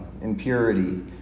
impurity